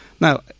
Now